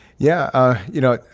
yeah. you know,